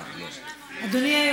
לא, רק הידידותיים.